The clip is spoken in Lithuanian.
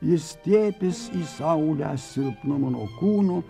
jis stiepias į saulę silpnu mano kūnu